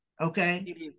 okay